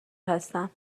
هستم